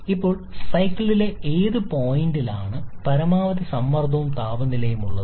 ഇപ്പോൾ സൈക്കിളിലെ ഏത് പോയിന്റിലാണ് പരമാവധി സമ്മർദ്ദവും താപനിലയും ഉള്ളത്